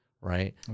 right